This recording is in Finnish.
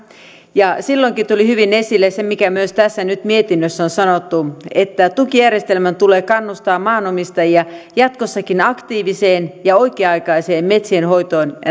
ja silloinkin tuli hyvin esille se mikä myös tässä mietinnössä on nyt sanottu että tukijärjestelmän tulee kannustaa maanomistajia jatkossakin aktiiviseen ja oikea aikaiseen metsien hoitoon ja näin